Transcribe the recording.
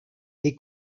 des